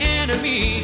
enemy